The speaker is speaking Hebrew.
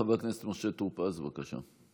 חבר הכנסת משה טור פז, בבקשה.